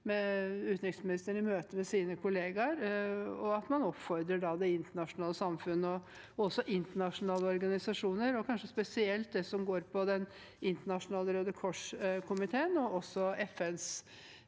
med utenriksministeren, i møter med sine kollegaer – oppfordre det internasjonale samfunnet, og også internasjonale organisasjoner, kanskje spesielt Den internasjonale Røde Kors-komiteen og FNs